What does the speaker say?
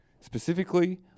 Specifically